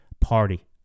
Party